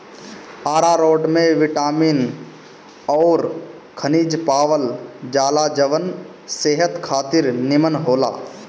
आरारोट में बिटामिन अउरी खनिज पावल जाला जवन सेहत खातिर निमन होला